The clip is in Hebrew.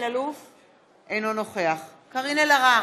אינו נוכח קארין אלהרר,